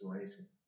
situation